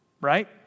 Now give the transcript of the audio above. right